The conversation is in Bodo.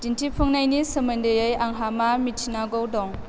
दिन्थिफुंनायनि सोमोन्दै आंहा मा मिथिनांगौ दं